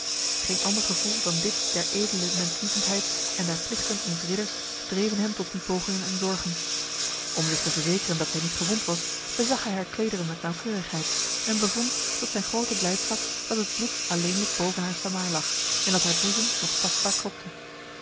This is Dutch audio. geen ander gevoel dan dit der edele menslievendheid en der plichten eens ridders dreven hem tot die pogingen en zorgen om zich te verzekeren dat zij niet gewond was bezag hij haar klederen met nauwkeurigheid en bevond tot zijn grote blijdschap dat het bloed alleenlijk boven haar samaar lag en dat haar boezem nog tastbaar klopte